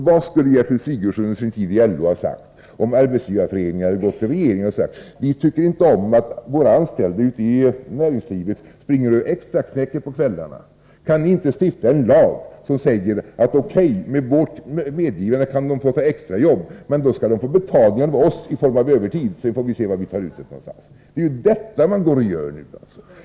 Vad skulle Gertrud Sigurdsen under sin tid i LO ha sagt, om Arbetsgivareföreningen hade gått till regeringen och sagt: Vi tycker inte om att våra anställda ute i näringslivet springer och extraknäcker på kvällarna. Kan ni inte stifta en lag som säger att de med vårt medgivande kan få ta extrajobb? Men då skall de få betalning av oss i form av övertidsersättning. Sedan får vi se var någonstans vi tar ut det. Det är ju detta man gör nu.